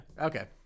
Okay